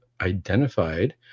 identified